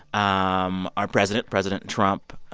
um our president, president trump,